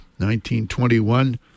1921